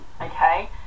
okay